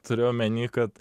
turiu omeny kad